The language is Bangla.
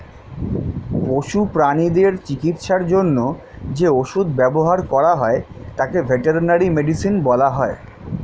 পশু প্রানীদের চিকিৎসার জন্য যে ওষুধ ব্যবহার করা হয় তাকে ভেটেরিনারি মেডিসিন বলা হয়